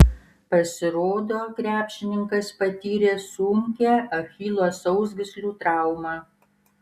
pasirodo krepšininkas patyrė sunkią achilo sausgyslių traumą